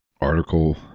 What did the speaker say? article